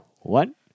one